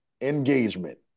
Engagement